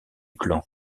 clan